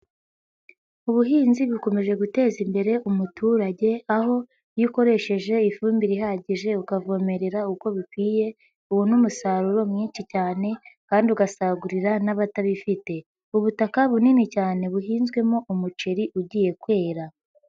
Ubuhinzi bikomeje guteza imbere umuturage, aho iyo ukoresheje ifumbire ihagije ukavomerera uko bikwiye, ubona umusaruro mwinshi cyane kandi ugasagurira n'abatabifite, ubutaka bunini cyane buhinzwemo umuceri ugiye kwera.